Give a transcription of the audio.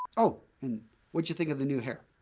oh, and what you think of the new hair?